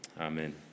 Amen